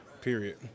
period